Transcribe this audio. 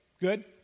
Good